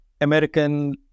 American